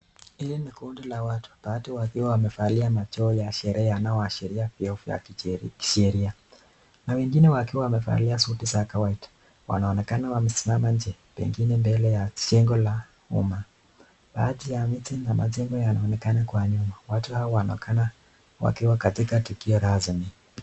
Hili ni kundi la watu, baadhi wakiwa wamevaa majoho ya sheria yanayoashiria vyeo vya kisheria, na wengine wakiwa wamevaa suti za kawaida. Wanaonekana wamesimama nje, pengine mbele ya jengo la umma. Baadhi ya miti na majengo yanaonekana kwa nyuma. Watu hawa wanaonekana wakiwa katika tukio rasmi.